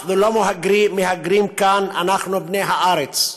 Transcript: אנחנו לא מהגרים כאן, אנחנו בני הארץ.